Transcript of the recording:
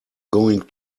going